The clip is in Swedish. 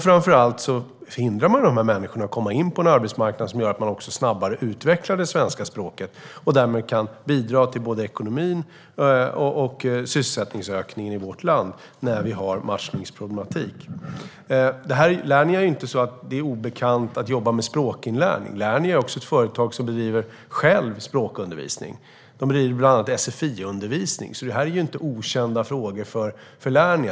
Framför allt hindrar man de här människorna från att komma in på en arbetsmarknad som gör att de snabbare utvecklar det svenska språket och därmed kan bidra till ekonomin och sysselsättningsökningen i vårt land när vi har matchningsproblematik. Det är inte obekant för Lernia att jobba med språkinlärning, för de också ett företag som bedriver språkundervisning. De bedriver bland annat sfi-undervisning, så det här är inte okända frågor för dem.